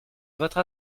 votre